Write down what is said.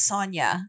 Sonia